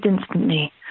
instantly